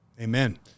Amen